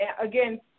Again